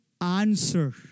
answer